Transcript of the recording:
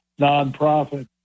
nonprofit